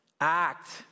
act